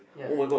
ya